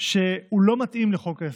שהוא לא מתאים לחוק ההסדרים.